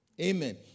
Amen